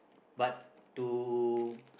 but to